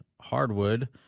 hardwood